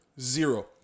Zero